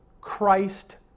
Christ